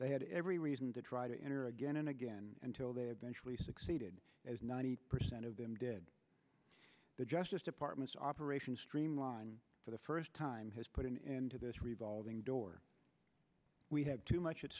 they had every reason to try to enter again and again until they eventually succeeded as ninety percent of them did the justice department's operation streamline for the first time has put an end to this revolving door we have too much at